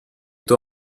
tua